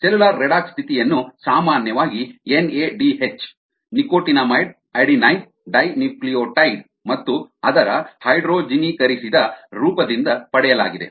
cellular redox ಸ್ಥಿತಿಯನ್ನು ಸಾಮಾನ್ಯವಾಗಿ NADH nicotinamide adenine dinucleotide ಮತ್ತು ಅದರ ಹೈಡ್ರೋಜನೀಕರಿಸಿದ ರೂಪದಿಂದ ಪಡೆಯಲಾಗಿದೆ